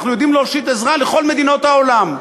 אנחנו יודעים להושיט עזרה לכל מדינות העולם,